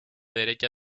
derecha